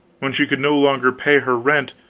when she could no longer pay her rent,